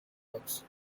works